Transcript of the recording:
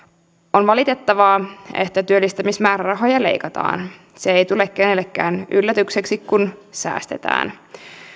on valitettavaa että työllistämismäärärahoja leikataan se ei tule kenellekään yllätyksenä kun säästetään